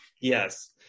Yes